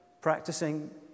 practicing